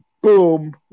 boom